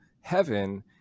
heaven